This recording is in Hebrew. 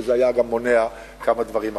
כי זה היה גם מונע כמה דברים אחרים.